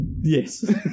Yes